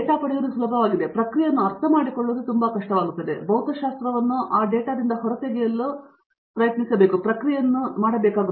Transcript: ಡೇಟಾವನ್ನು ಪಡೆಯುವುದು ಸುಲಭವಾಗಿದೆ ಪ್ರಕ್ರಿಯೆಯನ್ನು ಅರ್ಥಮಾಡಿಕೊಳ್ಳಲು ತುಂಬಾ ಕಷ್ಟವಾಗುತ್ತದೆ ಮತ್ತು ಭೌತಶಾಸ್ತ್ರವನ್ನು ಅದರಲ್ಲಿಂದ ಹೊರತೆಗೆಯಲು ನಾವು ಪ್ರಕ್ರಿಯೆಯನ್ನು ಕೂಡಾ ಮಾಡಬೇಕು